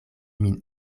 min